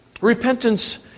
Repentance